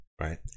right